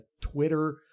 Twitter